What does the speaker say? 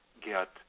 get